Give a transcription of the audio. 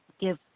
give